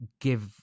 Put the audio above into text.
give